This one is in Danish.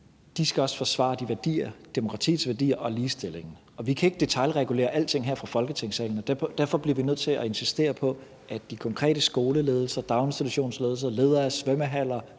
skal forsvare demokratiets værdier og ligestillingen. Vi kan ikke detailregulere alting her fra Folketingssalen, og derfor bliver vi nødt til at insistere på, at de konkrete skoleledelser, daginstitutionsledelser, ledere af svømmehaller,